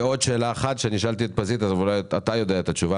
עוד שאלה אחת ששאלתי את פזית ואולי אתה יודע את התשובה.